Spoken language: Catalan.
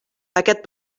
aquest